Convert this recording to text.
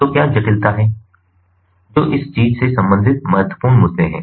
तो क्या जटिलता हैं जो इस चीज से संबंधित महत्वपूर्ण मुद्दे हैं